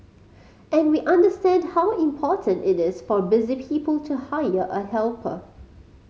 and we understand how important it is for busy people to hire a helper